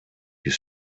you